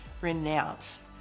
renounce